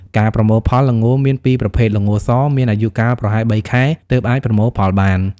ការប្រមូលផល ល្ងមានពីរប្រភេទ ល្ងស មានអាយុកាលប្រហែល ៣ ខែទើបអាចប្រមូលផលបាន។